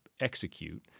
execute